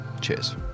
Cheers